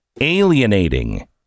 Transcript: alienating